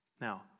Now